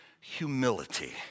humility